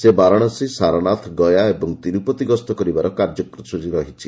ସେ ବାରାଣସୀ ସାରନାଥ ଗୟା ଏବଂ ତିରୁପତି ଗସ୍ତ କରିବାର କାର୍ଯ୍ୟସୂଚୀ ରହିଛି